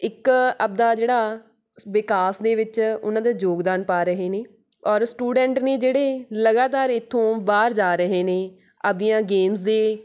ਇੱਕ ਆਪਦਾ ਜਿਹੜਾ ਵਿਕਾਸ ਦੇ ਵਿੱਚ ਉਹਨਾਂ ਦਾ ਯੋਗਦਾਨ ਪਾ ਰਹੇ ਨੇ ਔਰ ਸਟੂਡੈਂਟ ਨੇ ਜਿਹੜੇ ਲਗਾਤਾਰ ਇੱਥੋਂ ਬਾਹਰ ਜਾ ਰਹੇ ਨੇ ਆਪਦੀਆਂ ਗੇਮਸ ਦੇ